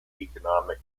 economic